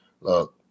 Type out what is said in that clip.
Look